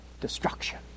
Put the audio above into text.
destruction